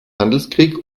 handelskrieg